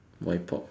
why pop